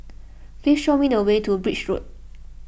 please show me the way to Birch Road